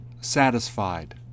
satisfied